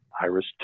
Iris